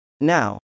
Now